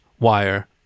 Wire